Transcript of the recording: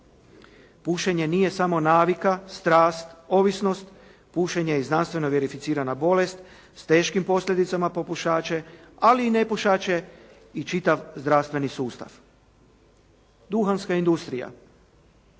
Pušenje nije samo navika, strast, ovisnost, pušenje je znanstveno verificirana bolest s teškim posljedicama po pušače, ali i nepušače i čitav zdravstveni sustav. Duhanska industrija,